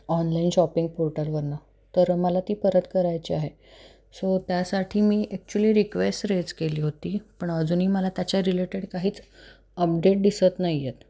online shopping पोर्टलवरनं तर मला ती परत करायची आहे सो त्यासाठी मी ॲक्चुली रिक्वेस रेज केली होती पण अजूनही मला त्याच्या रिलेटेड काहीच अपडेट दिसत नाही आहेत